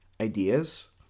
Ideas